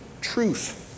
truth